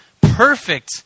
perfect